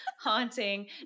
haunting